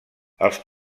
els